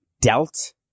dealt